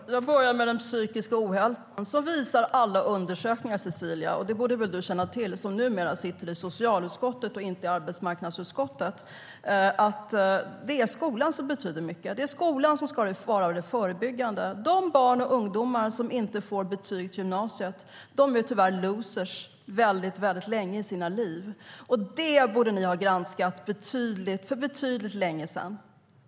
Jag börjar med den psykiska ohälsan. Alla undersökningar visar att det är skolan som betyder mycket. Det borde du känna till, Cecilia, eftersom du numera sitter i socialutskottet och inte i arbetsmarknadsutskottet. Det är skolan som ska vara det förebyggande. De barn och ungdomar som inte får betyg till gymnasiet är tyvärr losers väldigt länge i sina liv. Det borde ni ha granskat för betydligt längre sedan.